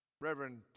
Reverend